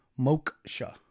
moksha